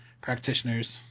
practitioners